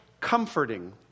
comforting